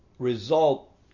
result